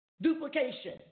Duplication